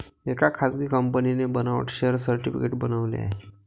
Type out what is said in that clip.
एका खासगी कंपनीने बनावट शेअर सर्टिफिकेट बनवले आहे